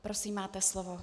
Prosím, máte slovo.